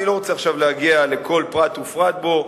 אני לא רוצה עכשיו להגיע לכל פרט ופרט בו,